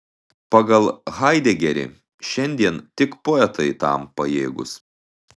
pagal haidegerį šiandien tik poetai tam pajėgūs